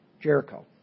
Jericho